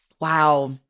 Wow